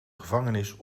gevangenis